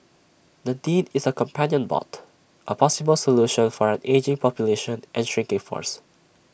Nadine is A companion bot A possible solution for an ageing population and shrinking force